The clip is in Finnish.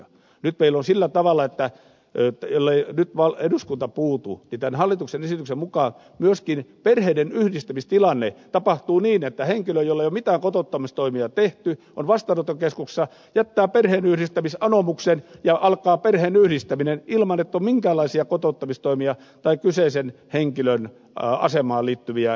nyt meillä on sillä tavalla että ellei nyt eduskunta puutu niin tämän hallituksen esityksen mukaan myöskin perheiden yhdistämistilanne tapahtuu niin että henkilö jolle ei ole mitään kotouttamistoimia tehty on vastaanottokeskuksessa jättää perheenyhdistämisanomuksen ja alkaa perheenyhdistäminen ilman että on minkäänlaisia kotouttamistoimia tai kyseisen henkilön asemaan liittyviä ratkaisuja tehty